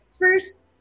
First